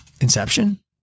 Inception